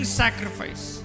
sacrifice